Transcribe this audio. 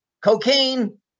cocaine